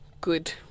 good